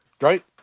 Right